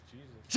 Jesus